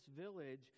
village